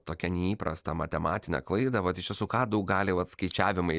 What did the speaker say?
tokią neįprastą matematinę klaidą vat iš tiesų ką daug gali vat skaičiavimai